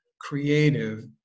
creative